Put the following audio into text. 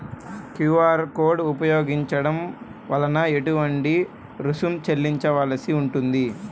QR code ఉపయోగించటం వలన ఏటువంటి రుసుం చెల్లించవలసి ఉంటుంది?